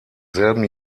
selben